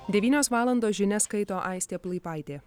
devynios valandos žinias skaito aistė plaipaitė